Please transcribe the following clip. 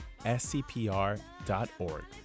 scpr.org